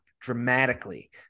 dramatically